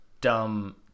dumb